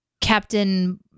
captain